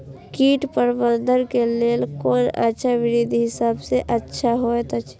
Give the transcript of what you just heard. कीट प्रबंधन के लेल कोन अच्छा विधि सबसँ अच्छा होयत अछि?